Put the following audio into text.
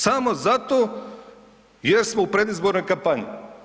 Samo zato jer smo u predizbornoj kampanji.